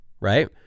right